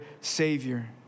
Savior